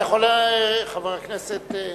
חבר הכנסת,